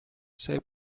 sei